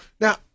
Now